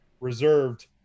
reserved